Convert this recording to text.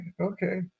Okay